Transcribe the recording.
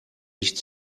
nicht